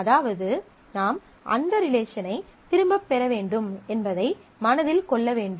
அதாவது நாம் அந்த ரிலேசனை திரும்பப் பெற வேண்டும் என்பதை மனதில் கொள்ள வேண்டும்